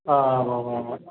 ആ